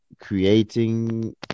creating